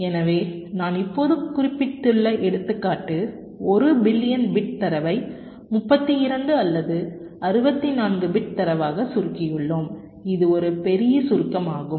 எனவே நான் இப்போது குறிப்பிட்டுள்ள எடுத்துக்காட்டு 1 பில்லியன் பிட் தரவை 32 அல்லது 64 பிட் தரவாக சுருக்கியுள்ளோம் இது ஒரு பெரிய சுருக்கமாகும்